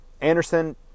Anderson